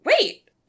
Wait